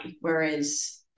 Whereas